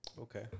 Okay